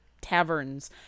taverns